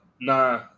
nah